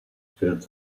filled